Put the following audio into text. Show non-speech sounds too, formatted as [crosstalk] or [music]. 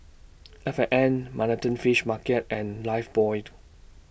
F and N Manhattan Fish Market and Lifebuoy [unintelligible]